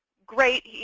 great.